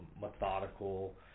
methodical